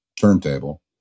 turntable